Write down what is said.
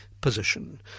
position